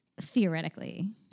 theoretically